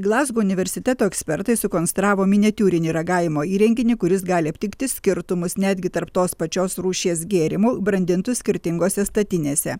glazgo universiteto ekspertai sukonstravo miniatiūrinį ragavimo įrenginį kuris gali aptikti skirtumus netgi tarp tos pačios rūšies gėrimų brandintų skirtingose statinėse